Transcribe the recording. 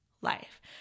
life